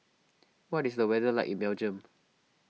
what is the weather like in Belgium